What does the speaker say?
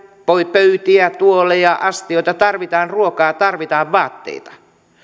pöytiä tuoleja astioita tarvitaan ruokaa tarvitaan vaatteita